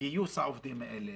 גיוס העובדים האלה,